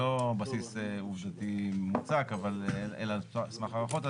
ללא בסיס עובדתי מוצק אלא על סמך הערכות,